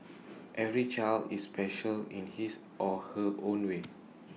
every child is special in his or her own way